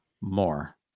more